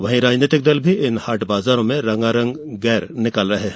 वहीं राजनीतिक दल भी इन हाट बाजारों में रंगारंग गैर निकाल रहे हैं